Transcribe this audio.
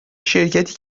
شرکتی